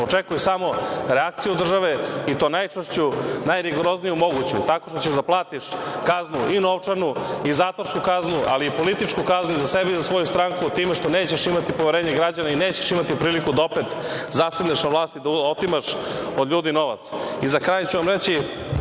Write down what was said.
očekuj samo reakciju države i to najčvršću, najrigorozniju moguću tako što ćeš da platiš kaznu i novčanu i zatvorsku kaznu, ali i političku kaznu za sebe i za svoju stranku time što nećeš imati poverenje građana i nećeš imati priliku da opet zasedneš na vlasti i da otimaš od ljudi novac.Za kraju ću vam reći